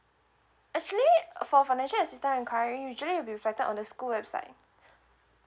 actually for financial assistance and currently usually will be reflected on the school website